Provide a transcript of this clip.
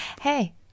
Hey